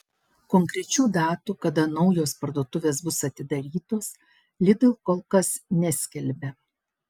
konkrečių datų kada naujos parduotuvės bus atidarytos lidl kol kas neskelbia